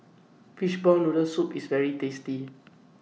Fishball Noodle Soup IS very tasty